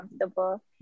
comfortable